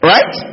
Right